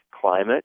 climate